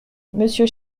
monsieur